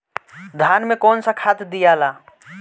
धान मे कौन सा खाद दियाला?